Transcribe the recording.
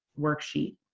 worksheet